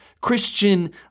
Christian